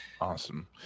Awesome